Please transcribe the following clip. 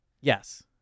Yes